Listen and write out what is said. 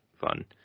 fun